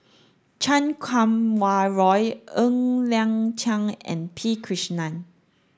Chan Kum Wah Roy Ng Liang Chiang and P Krishnan